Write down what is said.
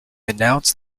announced